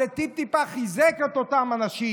אז זה טיפ-טיפה חיזק את אותם אנשים.